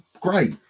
great